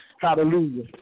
Hallelujah